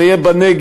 זה יהיה בנגב,